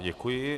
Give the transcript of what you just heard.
Děkuji.